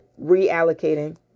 reallocating